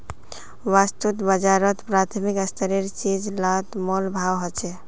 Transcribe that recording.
वास्तु बाजारोत प्राथमिक स्तरेर चीज़ लात मोल भाव होछे